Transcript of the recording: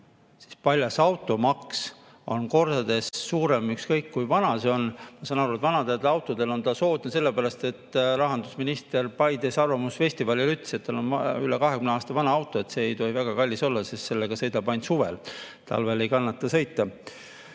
– paljas automaks on kordades suurem, ükskõik kui vana see [auto] on. Ma saan aru, et vanade autode puhul on see [maks] soodne, sellepärast et rahandusminister Paides Arvamusfestivalil ütles, et tal on üle 20 aasta vana auto. See ei tohi väga kallis olla, sest sellega ta sõidab ainult suvel. Talvel ei kannata sõita. Need